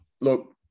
Look